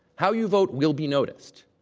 how you vote will be noticed.